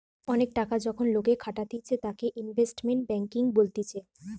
অনেক টাকা যখন লোকে খাটাতিছে তাকে ইনভেস্টমেন্ট ব্যাঙ্কিং বলতিছে